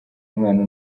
umwana